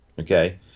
okay